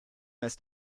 ist